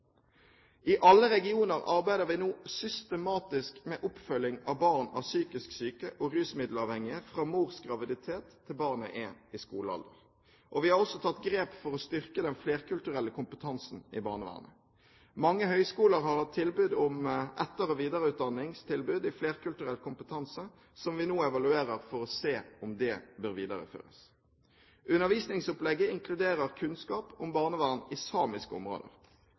I alle regioner arbeider vi nå systematisk med oppfølging av barn av psykisk syke og rusmiddelavhengige, fra mors graviditet til barnet er i skolealder. Vi har også tatt grep for å styrke den flerkulturelle kompetansen i barnevernet. Mange høyskoler har hatt tilbud om etter- og videreutdanning i flerkulturell kompetanse, som vi nå evaluerer for å se om det bør videreføres. Undervisningsopplegget inkluderer kunnskap om barnevern i samiske områder.